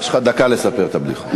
יש לך דקה לספר את הבדיחה.